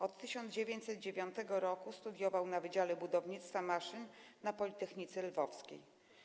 Od 1909 r. studiował na Wydziale Budowy Maszyn na Politechnice Lwowskiej.